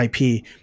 IP